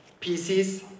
PCs